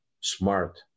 smart